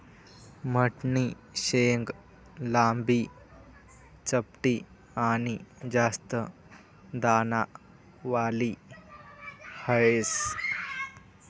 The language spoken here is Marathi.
मठनी शेंग लांबी, चपटी आनी जास्त दानावाली ह्रास